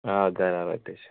آ گرارا تہِ چھِ